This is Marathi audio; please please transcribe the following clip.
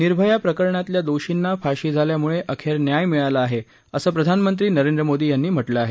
निर्भया प्रकरणातल्या दोषींना फाशी झाल्यामुळे अखेर न्याय मिळाला आहे असं प्रधानमंत्री नरेंद्र मोदी यांनी म्हटलं आहे